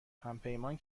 همپیمان